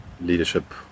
leadership